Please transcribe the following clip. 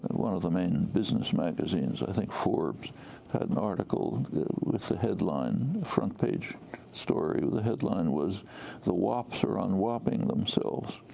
one of the main business magazines i think forbes had an article and with the headline front-page story where the headline was the wops are unwopping themselves.